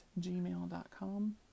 gmail.com